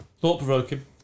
Thought-provoking